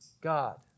God